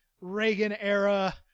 Reagan-era